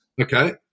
Okay